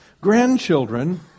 Grandchildren